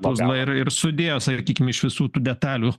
pozną ir ir sudėjo sakykim iš visų tų detalių